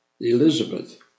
Elizabeth